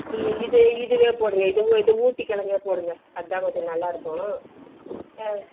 நீங்கள் இது இதுவே போடுங்க இது இது ஊட்டி கெழங்கே போடுங்க அதுதான் கொஞ்சம் நல்லாயிருக்கும் ஆ